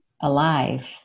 Alive